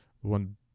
one